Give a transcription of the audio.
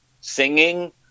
singing